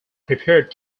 prepared